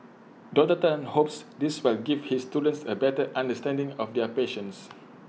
Doctor Tan hopes this will give his students A better understanding of their patients